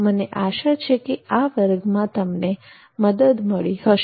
મને આશા છે કે આ વર્ગમાં તમને મદદ મળી હશે